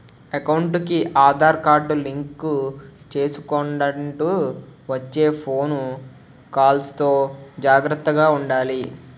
ఎకౌంటుకి Aadhaar card link చేసుకొండంటూ వచ్చే ఫోను కాల్స్ తో జాగర్తగా ఉండాలి